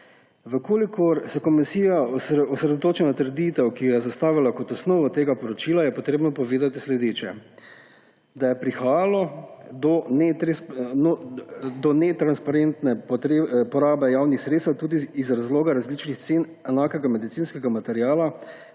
daleč. Če se komisija osredotoča na trditev, ki jo je zastavila kot osnovo tega poročila, je treba povedati sledeče, da je prihajalo do netransparentne porabe javnih sredstev tudi iz razloga različnih cen enakega medicinskega materiala